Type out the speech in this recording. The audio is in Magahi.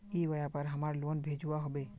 ई व्यापार हमार लोन भेजुआ हभे?